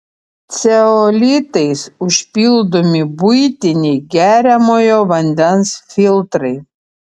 ceolitais užpildomi buitiniai geriamojo vandens filtrai